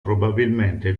probabilmente